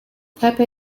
pepe